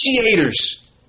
initiators